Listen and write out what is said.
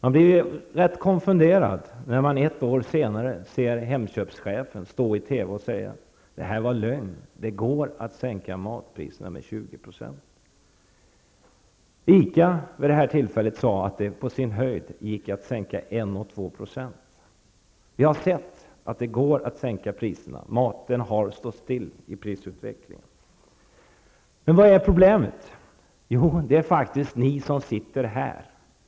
Jag blir lätt konfunderad när jag nu, ett år senare, hör Hemköpschefen i TV tala om lögn och säga att det går att sänka matpriserna med 20 %. Från ICAs sida sade man vid det här tillfället att det på sin höjd gick att sänka priserna med 1--2 %. Vi har nu sett att det går att sänka priserna. Matprisutvecklingen har ju stått stilla. Men vad är då problemet? Jo, det är faktiskt ni som sitter här.